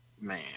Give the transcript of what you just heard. Man